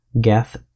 Gath